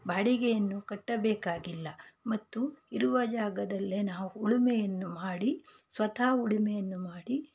ಬಾಡಿಗೆಯನ್ನು ಕಟ್ಟಬೇಕಾಗಿಲ್ಲ ಮತ್ತು ಇರುವ ಜಾಗದಲ್ಲೇ ನಾವು ಉಳುಮೆಯನ್ನು ಮಾಡಿ ಸ್ವತಃ ಉಳುಮೆಯನ್ನು ಮಾಡಿ